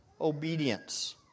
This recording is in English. obedience